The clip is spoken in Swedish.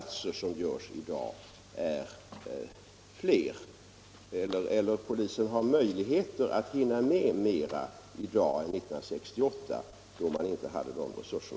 Därför har polisen möjligheter att hinna med mera i dag än 1968, då man inte hade dessa resurser.